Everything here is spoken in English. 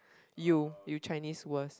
you you Chinese worst